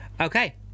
Okay